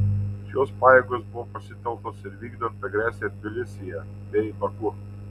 šios pajėgos buvo pasitelktos ir vykdant agresiją tbilisyje bei baku